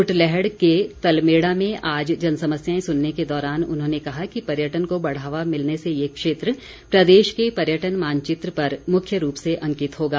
कुटलैहड़ के तलमेड़ा में आज जन समस्याएं सुनने के दौरान उन्होंने कहा कि पर्यटन को बढ़ावा मिलने से ये क्षेत्र प्रदेश के पर्यटन मानचित्र पर मुख्य रूप से अंकित होगा